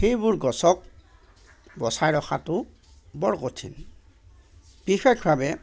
সেইবোৰ গছক বচাই ৰখাতো বৰ কঠিন বিশেষভাৱে